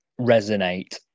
resonate